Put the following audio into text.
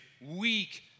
weak